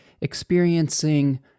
experiencing